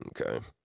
Okay